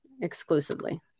exclusively